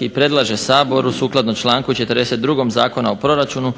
i predlaže Saboru sukladno članku 42. Zakona o proračunu